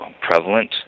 Prevalent